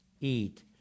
eat